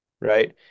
right